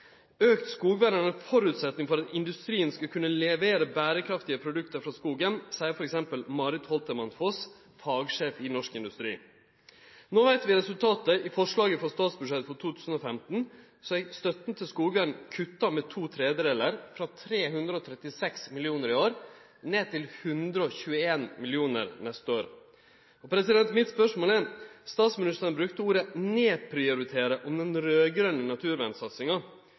forutsetning for at industrien skal kunne levere bærekraftige produkter fra skogen.» No veit vi resultatet. I forslaget til statsbudsjettet for 2015 er støtta til skog kutta med to tredjedelar, frå 336 mill. kr i år ned til 121 mill. kr neste år. Mitt spørsmål til statsministeren, som brukte ordet «nedprioritere» om den raud-grøne naturvernsatsinga,